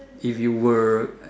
if you were